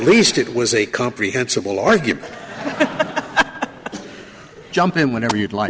least it was a comprehensible argument jump in whenever you'd li